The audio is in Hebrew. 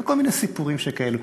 כל מיני סיפורים שכאלה.